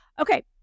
Okay